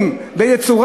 זו הצורה